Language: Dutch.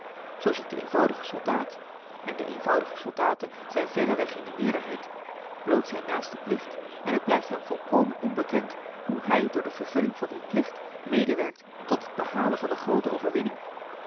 zoo ziet de eenvoudige soldaat en de eenvoudige soldaten zijn verreweg in de meerderheid bloot zijn naaste plicht en het blijft hem volkomen onbekend hoe hij door de vervulling van die plicht medewerkt tot het behalen van de groote overwinning